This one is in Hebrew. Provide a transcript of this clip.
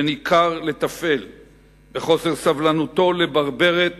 בין עיקר לטפל; בחוסר סבלנותו לברברת